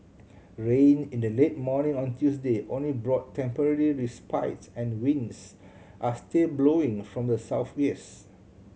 rain in the late morning on Tuesday only brought temporary respites and winds are still blowing from the